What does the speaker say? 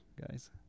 guys